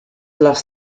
lost